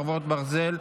חרבות ברזל),